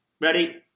Ready